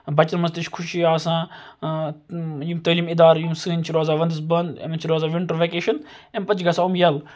بَچَن مَنٛز تہِ چھِ خوشی آسان یِم تعلیٖم اِدارٕ سٲنٛۍ چھِ روزان وَندَس بَنٛد یِمن چھِ روزان وِنٹَر وَکیشَن امہ پَتہٕ چھِ گژھان یِم یَلہٕ